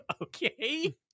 Okay